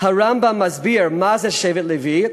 הרמב"ם מסביר מה זה שבט לוי.